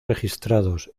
registrados